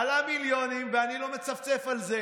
זה עלה מיליונים, ואני לא מצפצף על זה.